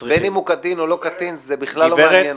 גברת,